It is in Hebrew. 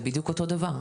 זה בדיוק אותו דבר.